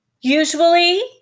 Usually